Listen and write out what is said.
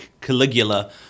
Caligula